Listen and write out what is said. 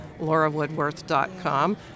laurawoodworth.com